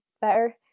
better